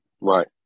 Right